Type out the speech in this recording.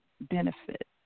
benefit